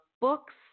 books